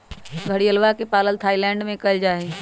घड़ियलवा के पालन थाईलैंड में कइल जाहई